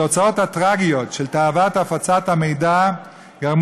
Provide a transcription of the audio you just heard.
התוצאות הטרגיות של תאוות הפצת המידע היו